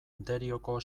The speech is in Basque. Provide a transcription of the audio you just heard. derioko